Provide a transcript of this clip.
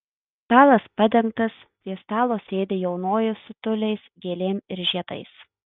stalas padengtas prie stalo sėdi jaunoji su tiuliais gėlėm ir žiedais